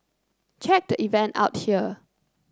check the event out here